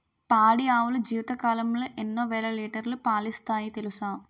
పాడి ఆవులు జీవితకాలంలో ఎన్నో వేల లీటర్లు పాలిస్తాయి తెలుసా